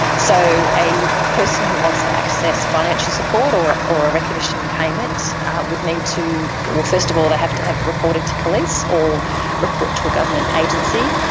so a person who wants to access financial support or or a recognition payment would need to, well, first of all they would have to have reported to police or report to a government agency.